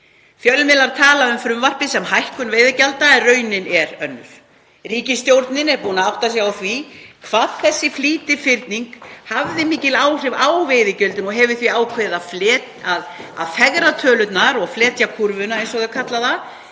Fjölmiðlar tala um frumvarpið sem hækkun veiðigjalds en raunin er önnur. Ríkisstjórnin er búin að átta sig á því hvað þessi flýtifyrning hafði mikil áhrif á veiðigjaldið og hefur því ákveðið að fegra tölurnar og fletja út kúrfuna, eins og þeir kalla það.